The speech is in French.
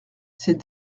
c’est